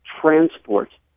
transport